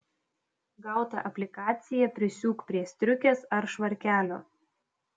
gautą aplikaciją prisiūk prie striukės ar švarkelio